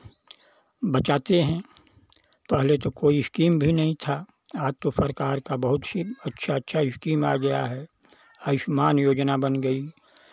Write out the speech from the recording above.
बचाते हैं पहले तो कोई स्कीम भी नहीं था आज तो सरकार का बहुत ही अच्छा अच्छा स्कीम आ गया है आयुष्मान योजना बन गई